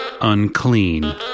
unclean